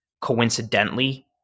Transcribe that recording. coincidentally